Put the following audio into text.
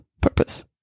purpose